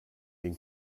den